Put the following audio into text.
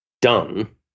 done